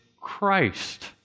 Christ